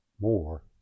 more